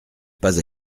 pas